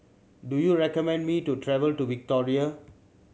do you recommend me to travel to Victoria